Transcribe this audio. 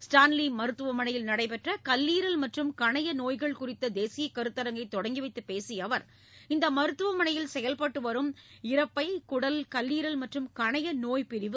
Stanley மருத்துவமனையில் நடைபெற்ற கல்வீரல் மற்றும் கணைய நோய்கள் குறித்த தேசிய கருத்தரங்கை தொடங்கி வைத்துப் பேசிய அவர் இந்த மருத்துவமனையில் செயல்பட்டு வரும் இரைப்பை குடல் கல்லீரல் மற்றும் கணைய நோய்ப்பிரிவு